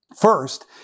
First